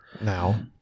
now